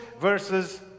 versus